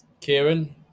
Kieran